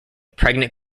pregnant